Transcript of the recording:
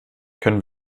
können